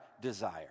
desire